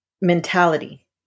mentality